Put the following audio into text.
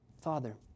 Father